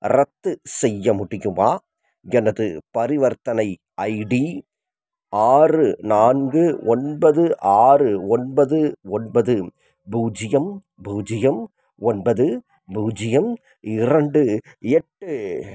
ரத்து செய்ய முடியுமா எனது பரிவர்த்தனை ஐடி ஆறு நான்கு ஒன்பது ஆறு ஒன்பது ஒன்பது பூஜ்ஜியம் பூஜ்ஜியம் ஒன்பது பூஜ்ஜியம் இரண்டு எட்டு